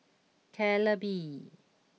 Calbee